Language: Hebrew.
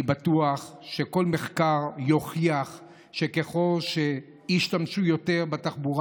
אני בטוח שכל מחקר יוכיח שככל שישתמשו יותר בתחבורה